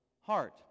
heart